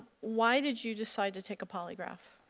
why did you decide to take a polygraph?